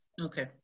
Okay